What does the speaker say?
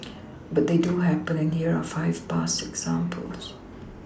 but they do happen and here are five past examples